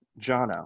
Jono